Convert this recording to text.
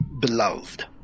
Beloved